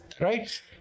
right